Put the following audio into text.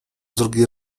drugi